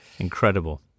Incredible